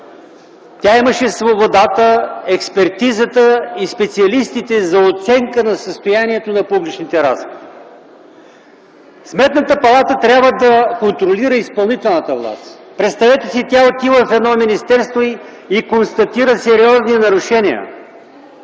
Тя имаше свободата, експертизата и специалистите за оценка на състоянието на публичните разходи. Сметната палата трябва да контролира изпълнителната власт. Представете си: тя отива в едно министерство и констатира сериозни нарушения.